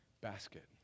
basket